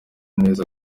neza